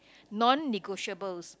non negotiables